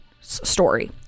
story